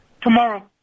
Tomorrow